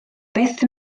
byth